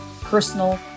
personal